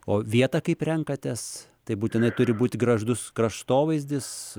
o vietą kaip renkatės tai būtinai turi būti gražus kraštovaizdis